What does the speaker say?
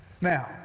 Now